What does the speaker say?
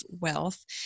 wealth